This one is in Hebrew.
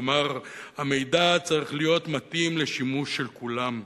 כלומר המידע צריך להיות מתאים לשימוש של כולם.